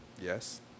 Yes